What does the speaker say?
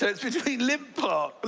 so it's between limp park. but